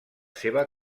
seva